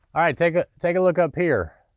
all right, take ah take a look up here,